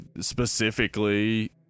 specifically